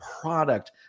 product